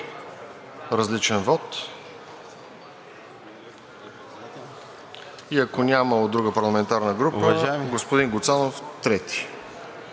различен вот. И ако няма от друга парламентарна група, господин Гуцанов – трети.